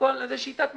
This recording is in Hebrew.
זה "שיטת מצליח",